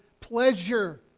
pleasure